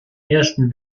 ersten